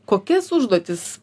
kokias užduotis